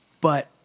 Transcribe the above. But-